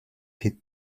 pit